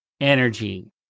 energy